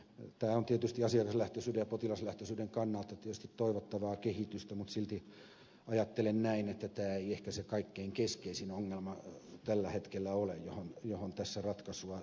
tämä on tietysti asiakaslähtöisyyden ja potilaslähtöisyyden kannalta toivottavaa kehitystä mutta silti ajattelen näin että tämä ei ehkä se kaikkein keskeisin ongelma tällä hetkellä ole johon tässä ratkaisua tuodaan